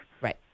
Right